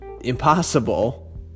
impossible